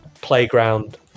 playground